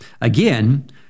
Again